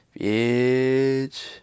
Bitch